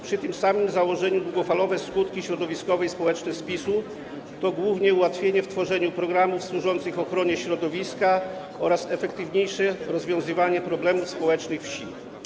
Przy tym samym założeniu długofalowe skutki środowiskowe i społeczne spisu to głównie ułatwienie w tworzeniu programów służących ochronie środowiska oraz efektywniejsze rozwiązywanie problemów społecznych wsi.